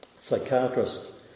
psychiatrist